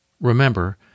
Remember